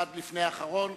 אחד לפני האחרון.